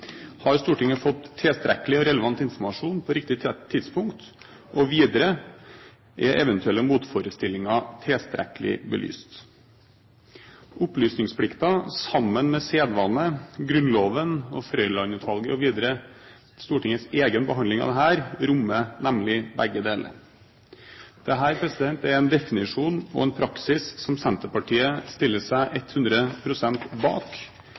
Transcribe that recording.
overfor Stortinget. Har Stortinget fått tilstrekkelig og relevant informasjon, på riktig tidspunkt? Og videre: Er eventuelle motforestillinger tilstrekkelig belyst? Opplysningsplikten, sammen med sedvane, Grunnloven og Frøiland-utvalget, og videre Stortingets egen behandling av dette, rommer nemlig begge deler. Dette er en definisjon og en praksis som Senterpartiet stiller seg hundre prosent bak,